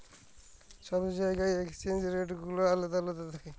ছব জায়গার exchange rate গুলা আলেদা আলেদা থ্যাকে